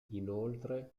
inoltre